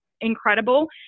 incredible